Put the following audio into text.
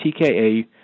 TKA